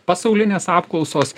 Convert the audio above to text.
pasaulinės apklausos